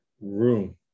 room